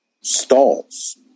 stalls